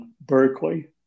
Berkeley